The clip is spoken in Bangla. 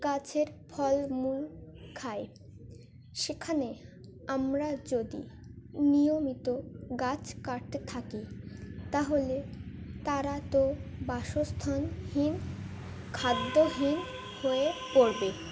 গাছের ফলমূল খায় সেখানে আমরা যদি নিয়মিত গাছ কাটতে থাকি তাহলে তারা তো বাসস্থানহীন খাদ্যহীন হয়ে পড়বে